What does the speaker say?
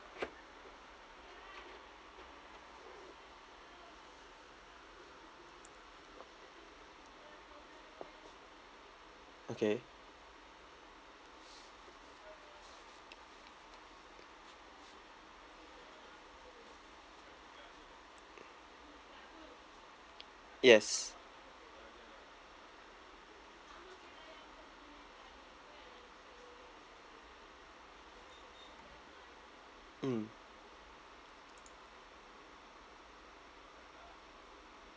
okay yes mm